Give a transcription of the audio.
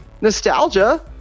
nostalgia